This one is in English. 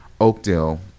Oakdale